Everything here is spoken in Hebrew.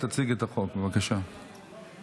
הצעת חוק התכנון והבנייה (תיקון מס' 147)